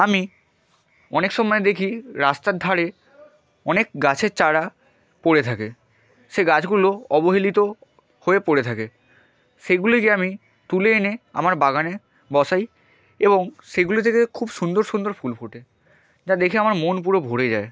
আমি অনেকসময় দেখি রাস্তার ধারে অনেক গাছের চারা পড়ে থাকে সে গাছগুলো অবহেলিত হয়ে পড়ে থাকে সেগুলিকে আমি তুলে এনে আমার বাগানে বসাই এবং সেগুলি থেকে খুব সুন্দর সুন্দর ফুল ফোটে যা দেখে আমার মন পুরো ভরে যায়